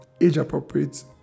age-appropriate